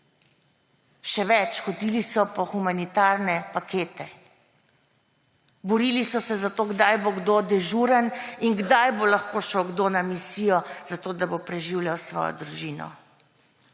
Še več, hodili so po humanitarne pakete, borili so se za to, kdaj bo kdo dežuren in kdaj bo lahko šel kdo na misijo, zato da bo preživljal svojo družino.